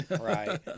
Right